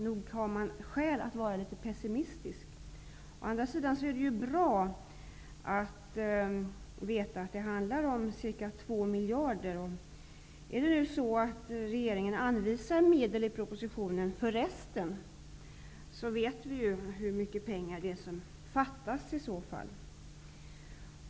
Nog har man skäl att vara litet pessimistisk. Å andra sidan är det bra att veta att det handlar om ungefär 2 miljarder kronor. Om regeringen anvisar medel i propositionen för resterande belopp, vet vi hur mycket pengar som fattas.